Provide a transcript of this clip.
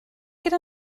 gyda